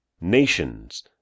Nations